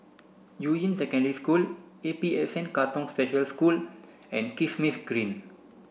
Yuying Secondary School A P S N Katong Special School and Kismis Green